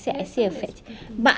there are some that is pretty